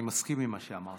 אני מסכים עם מה שאמרת.